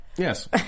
Yes